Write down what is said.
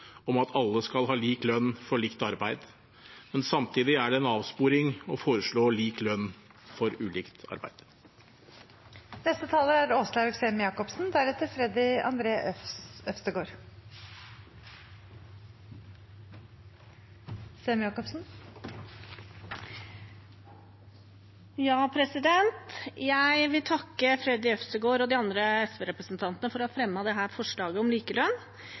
om at alle skal ha lik lønn for likt arbeid, men samtidig er det en avsporing å foreslå lik lønn for ulikt arbeid. Jeg vil takke Freddy André Øvstegård og de andre SV-representantene for å ha fremmet forslaget om likelønn. Likestillingspolitikk får vi etter min mening ikke nok av. Vi må fortsette å diskutere det,